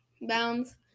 bounds